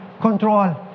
control